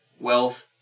wealth